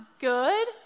good